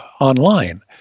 online